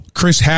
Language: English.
Chris